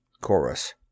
Chorus